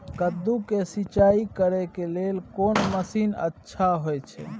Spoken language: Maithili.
कद्दू के सिंचाई करे के लेल कोन मसीन अच्छा होय छै?